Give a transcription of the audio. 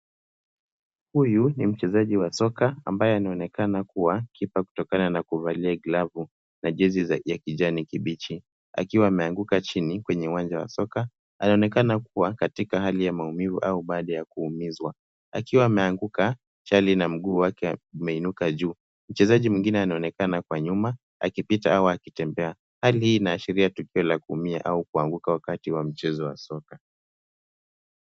Huyu ni mchezaji wa soka ambaye anaonekana kuwa kipa kutokana na kuvalia glavu na jezi ya kijani kibichi, akiwa ameanguka chini kwenye uwanja wa soka. Anaonekana kuwa katika hali ya maumivu au baada ya kuumizwa, akiwa ameanguka chali na mguu wake umeinuka juu. Mchezaji mwingine anaonekana kwa nyuma akipita au akitembea. Hali hii inaashiria tukio la kuumia au kuanguka wakati wa mchezo wa soka.